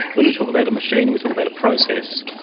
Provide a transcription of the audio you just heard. when we talk about a machine and we talk about a process,